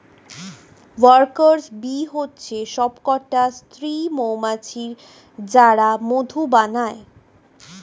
worker bee হচ্ছে সবকটা স্ত্রী মৌমাছি যারা মধু বানায়